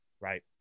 right